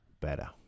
better